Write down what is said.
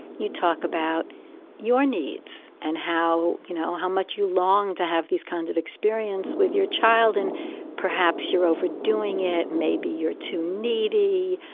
you talk about your needs and how, you know, how much you long to have these kinds of experience with your child and perhaps you're overdoing it. maybe you're too needy.